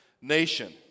nation